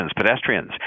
pedestrians